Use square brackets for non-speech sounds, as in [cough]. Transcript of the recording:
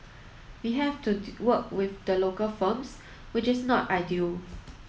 we have to [unintelligible] work with the local firms which is not ideal